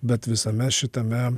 bet visame šitame